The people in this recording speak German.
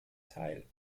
teil